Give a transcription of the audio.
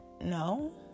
No